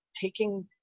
taking